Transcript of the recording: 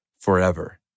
forever